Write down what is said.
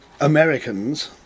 Americans